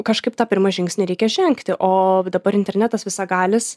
kažkaip tą pirmą žingsnį reikia žengti o dabar internetas visagalis